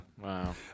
Wow